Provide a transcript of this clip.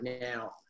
now